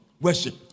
worship